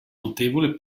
notevole